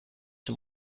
zum